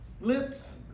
lips